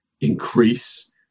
increase